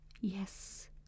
yes